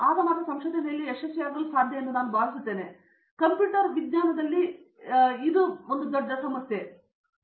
ಅಂತಹ ಒಂದು ಸಂಶೋಧನೆಯಲ್ಲಿ ಮಾತ್ರ ಅದು ಯಶಸ್ವಿಯಾಗುತ್ತದೆ ಎಂದು ನಾನು ಭಾವಿಸುತ್ತೇನೆ ಕನಿಷ್ಠ ಕಂಪ್ಯೂಟರ್ ವಿಜ್ಞಾನದಲ್ಲಿ ಈ ಸ್ಪೆಕ್ಟ್ರಮ್ ವಿಳಾಸ